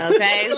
Okay